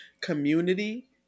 community